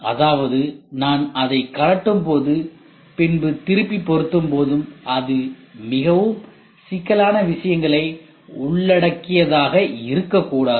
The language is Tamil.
அதாவது நான் அதை கழட்டும்போதும் பின்பு திருப்பி பொருத்தும் போதும் அது மிகவும் சிக்கலான விஷயங்களை உள்ளடக்கியதாக இருக்கக்கூடாது